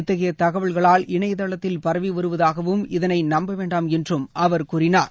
இத்தகைய தகவல்கள் இணையதளத்தில் பரவி வருவதாகவும் இதனை நம்பவேண்டாம் என்றும் அவர் கூறினார்